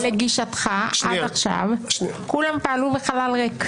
לגישתך עד כה כולם פעלו בחלל ריק.